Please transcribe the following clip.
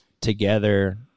together